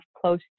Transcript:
close